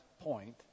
point